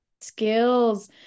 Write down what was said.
skills